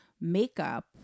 makeup